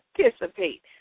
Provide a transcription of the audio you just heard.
participate